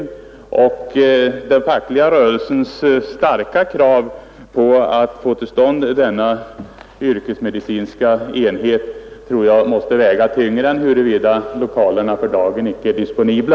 Jag tycker att den fackliga rörelsens starka krav på att få till stånd denna yrkesmedicinska enhet måste väga tyngre än om lokalerna för dagen inte är disponibla.